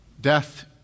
Death